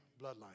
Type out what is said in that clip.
bloodline